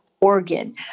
organ